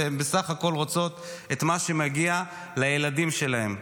והן בסך הכול רוצות את מה שמגיע לילדים שלהן.